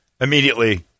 immediately